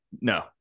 No